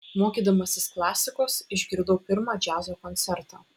mokydamasis klasikos išgirdau pirmą džiazo koncertą